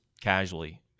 casually